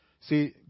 See